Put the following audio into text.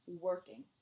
working